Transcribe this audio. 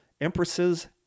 Empresses